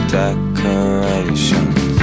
decorations